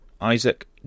Isaac